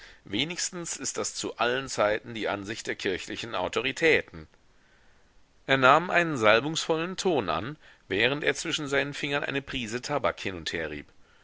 wenigstens ist das zu allen zeiten die ansicht der kirchlichen autoritäten er nahm einen salbungsvollen ton an während er zwischen seinen fingern eine prise tabak hin und her rieb